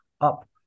up